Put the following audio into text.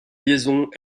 liaisons